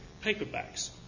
paperbacks